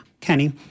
Kenny